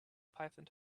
python